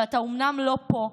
אתה אומנם לא פה,